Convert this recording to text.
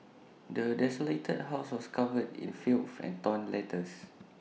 the desolated house was covered in filth and torn letters